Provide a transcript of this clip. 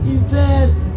Invest